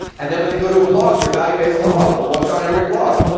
and then when they go to a blog, they're, value-based broad, but what's on every blog,